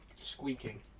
squeaking